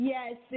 Yes